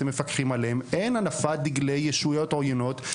מפקחים עליהם: אין הנפת דגלי ישויות עוינות,